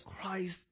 Christ